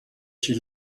she